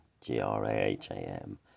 G-R-A-H-A-M